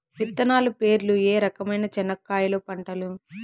విత్తనాలు పేర్లు ఏ రకమైన చెనక్కాయలు పంటలు?